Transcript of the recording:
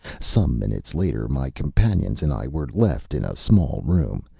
some minutes later, my companions and i were left in a small room,